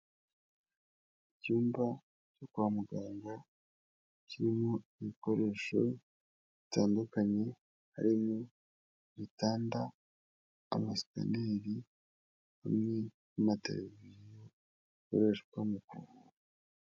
Icyumba cyo kwa muganga kirimo ibikoresho bitandukanye, harimo ibitanda, amasikaneri hamwe n'amatereviziyo bikoreshwa mu kuvura.